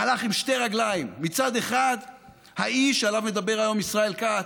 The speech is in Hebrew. מהלך עם שתי רגליים: מצד אחד האי שעליו מדבר היום ישראל כץ,